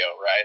right